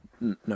No